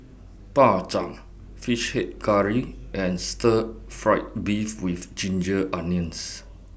Bak Chang Fish Head Curry and Stir Fry Beef with Ginger Onions